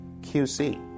QC